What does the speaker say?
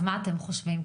אז מה אתם כן חושבים?